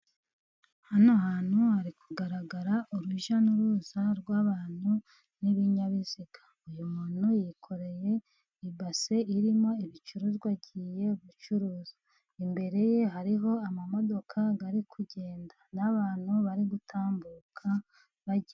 Hano hantu hari kugaragara urujya n'uruza rw'abantu n'ibinyabiziga. Uyu muntu yikoreye ibase irimo ibicuruzwa agiye gucuruza. Imbere ye hariho amamodoka ari kugenda, n'abantu bari gutambuka bagiye...